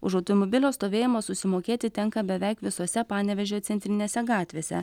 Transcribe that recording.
už automobilio stovėjimą susimokėti tenka beveik visose panevėžio centrinėse gatvėse